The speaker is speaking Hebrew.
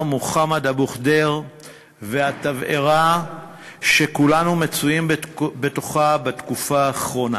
מוחמד אבו ח'דיר והתבערה שכולנו מצויים בתוכה בתקופה האחרונה.